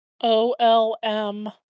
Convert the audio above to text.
OLM